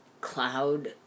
cloud